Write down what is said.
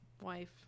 Wife